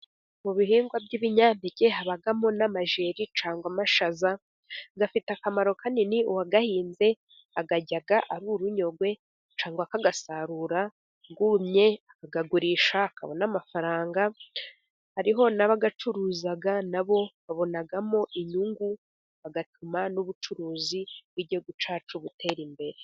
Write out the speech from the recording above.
Mu bihingwa by'ibinyampeke habamo n'amajeri cyangwa amashaza, afite akamaro kanini uwayahinze arayarya, urunyogwe cyangwa amashaza uyasarura yumye ukayagurisha ukabona amafaranga, hariho n'abayacuruza na bo babonamo inyungu bigatuma n'ubucuruzi bw'igihugu cyacu butera imbere.